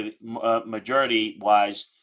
majority-wise